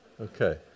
okay